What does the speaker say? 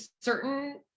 certain